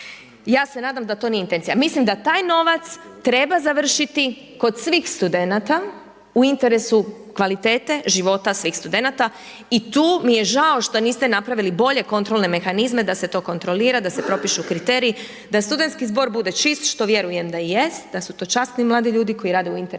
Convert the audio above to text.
Ja se nadam da to nije intencija. Mislim da taj novac treba završiti kod svih studenata u interesu kvalitete života svih studenata i tu mi je žao što niste napravili bolje kontrolne mehanizme da se to kontrolira, da se propišu kriteriji, da studentski zbor bude čist što vjerujem da i jest da su to časni mladi ljudi koji rade u interesu